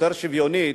יותר שוויונית.